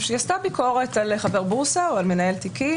היא עשתה ביקורת על חבר בורסה או על מנהל תיקים